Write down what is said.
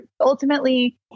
ultimately